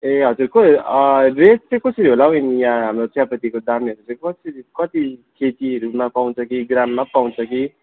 ए हजुरको रेट चाहिँ कसरी होला हौ यहाँ हाम्रो चियापत्तीको दामहरू चाहिँ कसरी कति केजीहरूमा पाउँछ कि ग्राममा पो पाउँछ कि